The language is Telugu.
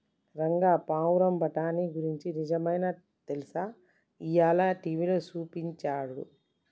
రంగా పావురం బఠానీ గురించి నిజమైనా తెలుసా, ఇయ్యాల టీవీలో సూపించాడు